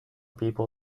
people